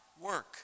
work